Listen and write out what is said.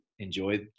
Enjoy